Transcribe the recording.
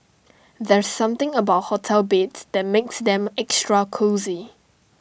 there's something about hotel beds that makes them extra cosy